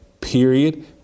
Period